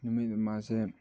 ꯅꯨꯃꯤꯠ ꯑꯃꯁꯦ